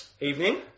evening